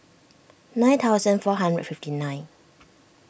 nine thousand four hundred and fifty nine